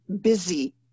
busy